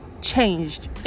changed